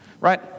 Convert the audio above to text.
Right